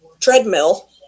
treadmill